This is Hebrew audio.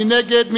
מי נגד?